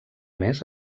més